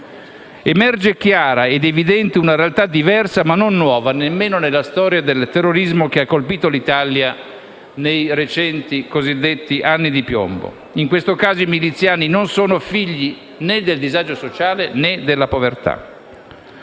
Emerge chiara ed evidente una realtà diversa ma non nuova, nemmeno nella storia del terrorismo che ha colpito l'Italia nei cosiddetti anni di piombo: in questo caso, i miliziani non sono figli del disagio sociale né della povertà.